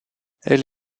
elle